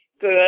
good